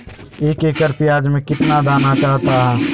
एक एकड़ प्याज में कितना दाना चाहता है?